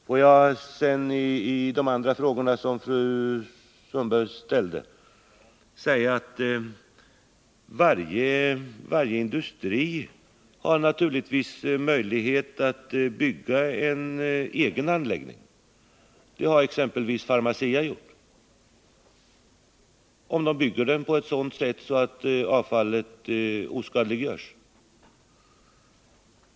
Beträffande de andra frågorna som fru Sundberg ställde kan jag säga att varje industri naturligtvis har möjlighet att bygga en egen anläggning — det har exempelvis Pharmacia gjort — om de bygger på ett sådant sätt att avfallet oskadliggörs.